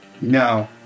No